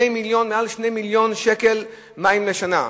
מעל 2 מיליוני שקל מים לשנה.